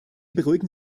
beruhigen